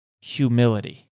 Humility